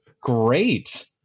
great